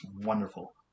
wonderful